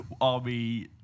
army